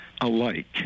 alike